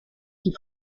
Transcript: qui